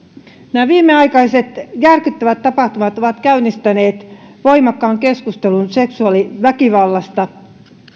nämä viimeaikaiset järkyttävät tapahtumat ovat käynnistäneet voimakkaan keskustelun seksuaaliväkivallasta